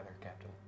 Captain